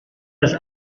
das